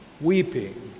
weeping